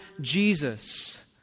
Jesus